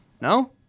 No